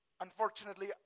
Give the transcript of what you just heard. Unfortunately